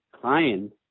client